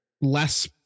less